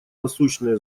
насущное